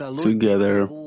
together